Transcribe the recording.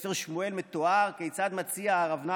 בספר שמואל מתואר כיצד מציע ארוונה